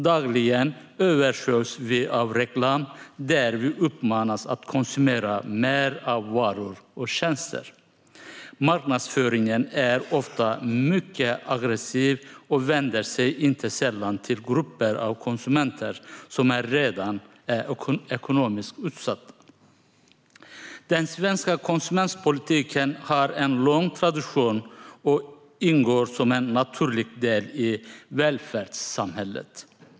Dagligen översköljs vi av reklam där vi uppmanas att konsumera mer av varor och tjänster. Marknadsföringen är ofta mycket aggressiv och vänder sig inte sällan till grupper av konsumenter som redan är ekonomiskt utsatta. Den svenska konsumentpolitiken har en lång tradition och ingår som en naturlig del i välfärdssamhället.